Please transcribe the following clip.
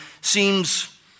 seems